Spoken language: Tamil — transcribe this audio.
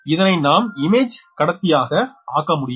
இதனை நாம் இமேஜ்கடத்தியாக ஆக்க முடியும்